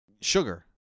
sugar